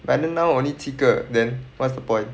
but then now only 七个 then what's the point